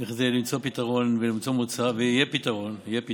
בכדי למצוא לו פתרון ולמצוא מוצא, ויהיה פתרון.